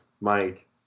Mike